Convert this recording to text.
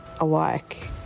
alike